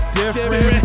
different